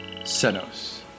Senos